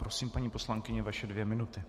Prosím, paní poslankyně, vaše dvě minuty.